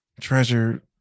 Treasure